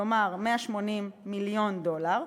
כלומר, 180 מיליון דולר,